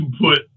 put